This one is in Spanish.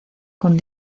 con